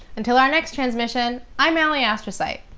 until our next transmission, i'm alie astrocyte.